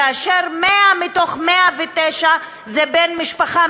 כאשר 100 מ-109 זה בן-משפחה,